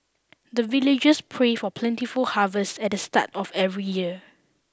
the villagers pray for plentiful harvest at the start of every year